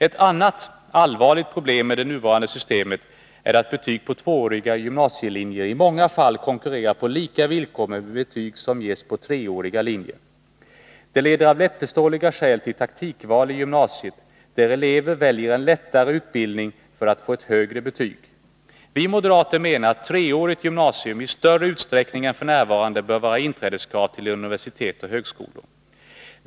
Ett annat allvarligt problem med det nuvarande systemet är att betyg på tvååriga gymnasielinjer i många fall konkurrerar på lika villkor med betyg som ges på treåriga linjer. Det leder av lättförståeliga skäl till taktikval i gymnasiet, där elever väljer en lättare utbildning för att få ett högre betyg. Vi moderater menar att treårigt gymnasium i större utsträckning än f. n. bör vara inträdeskrav till universitet och högskolor.